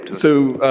so,